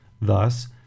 thus